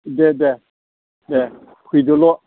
दे दे दे फैदोल'